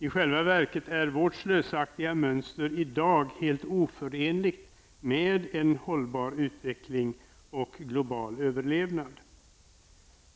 I själva verket är vårt slösaktiga mönster i dag helt oförenligt med en hållbar utveckling och global överlevnad.